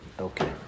Okay